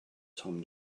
tom